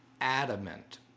adamant